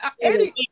Eddie